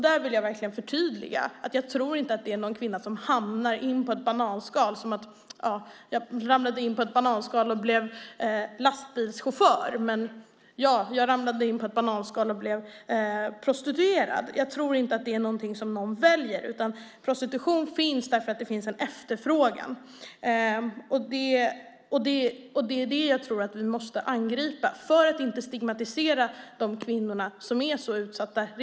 Där vill jag verkligen förtydliga. Jag tror inte att det är någon kvinna som på ett bananskal hamnar i prostitution. Det är som att säga att någon på ett bananskal råkade bli lastbilschaufför och på samma sätt säga att någon på ett bananskal råkade bli prostituerad. Jag tror inte att det är något som någon väljer. Prostitution finns därför att det finns en efterfrågan. Det är köparna vi måste angripa med lagstiftning för att inte stigmatisera de kvinnor som redan är så utsatta.